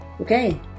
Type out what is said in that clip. Okay